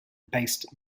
based